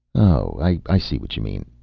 oh. i see what you mean.